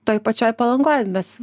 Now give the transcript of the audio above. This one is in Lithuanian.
toj pačioj palangoj mes